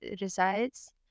resides